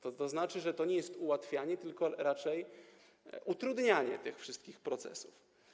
To znaczy, że to nie jest ułatwianie, tylko raczej utrudnianie tych wszystkich procesów.